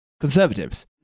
conservatives